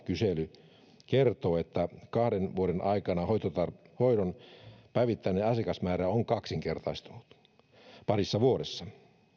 kysely kertoo että kahden vuoden aikana hoidon hoidon päivittäinen asiakasmäärä on kaksinkertaistunut parissa vuodessa